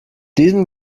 diesem